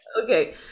Okay